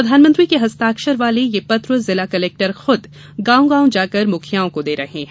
प्रधानमंत्री के हस्ताक्षर वाले ये पत्र जिला कलेक्टर खुद गांव गांव जाकर मुखियाओं को दे रहे हैं